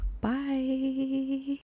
Bye